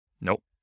Nope